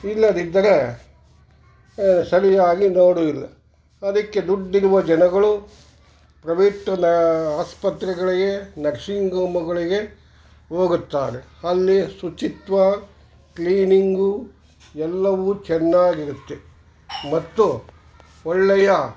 ಇಲ್ಲದಿದ್ದರೆ ಸರಿಯಾಗಿ ನೋಡೋದಿಲ್ಲ ಅದಕ್ಕೆ ದುಡ್ಡಿರುವ ಜನಗಳು ಪ್ರವೆಟ್ಟು ನ ಆಸ್ಪತ್ರೆಗಳಿಗೆ ನರ್ಸಿಂಗ್ ಓಮುಗಳಿಗೆ ಹೋಗುತ್ತಾರೆ ಅಲ್ಲಿ ಶುಚಿತ್ವ ಕ್ಲೀನಿಂಗು ಎಲ್ಲವೂ ಚೆನ್ನಾಗಿರುತ್ತೆ ಮತ್ತು ಒಳ್ಳೆಯ